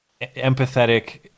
empathetic